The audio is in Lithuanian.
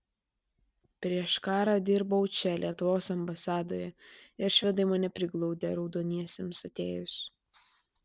prieš karą dirbau čia lietuvos ambasadoje ir švedai mane priglaudė raudoniesiems atėjus